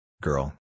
Girl